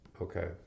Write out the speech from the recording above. okay